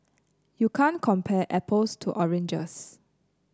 you can't compare apples to oranges